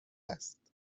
است